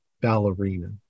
Ballerina